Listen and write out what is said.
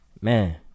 Man